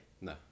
No